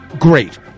great